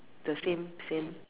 the same same